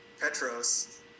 Petros